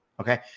Okay